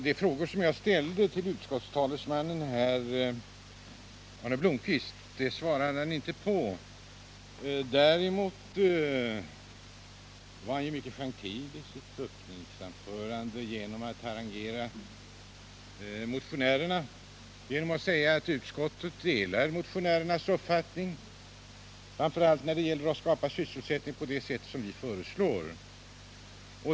Herr talman! Utskottets talesman, herr Arne Blomkvist, svarade inte på de frågor som jag ställde till honom. Däremot var han mycket gentil i sitt anförande då han harangerade motionärerna genom att säga att utskottet delade motionärernas uppfattning, framför allt när det gäller att skapa sysselsättning på det sätt som vi föreslår.